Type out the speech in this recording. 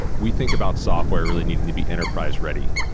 we think about software really needing to be enterprise-ready.